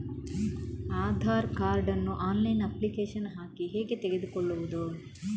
Aadhaar card ನ್ನು online application ಹಾಕಿ ಹೇಗೆ ತೆಗೆದುಕೊಳ್ಳುವುದು?